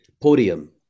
podium